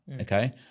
okay